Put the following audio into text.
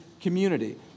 community